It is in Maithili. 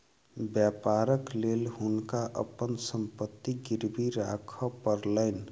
व्यापारक लेल हुनका अपन संपत्ति गिरवी राखअ पड़लैन